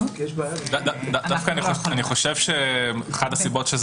אני דווקא חושב שאחת הסיבות,